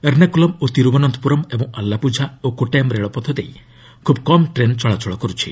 ଏର୍ଣ୍ଣାକୁଲମ୍ ଓ ତିରୁବନନ୍ତପୁରମ୍ ଏବଂ ଆଲ୍ଲାପୁଝା ଓ କୋଟାୟମ୍ ରେଳପଥ ଦେଇ ଖୁବ୍ କମ୍ ଟ୍ରେନ୍ ଚଳାଚଳ କରୁଛି